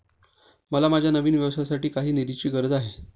मला माझ्या नवीन व्यवसायासाठी काही निधीची गरज आहे